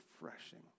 refreshing